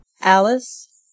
Alice